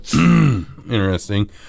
Interesting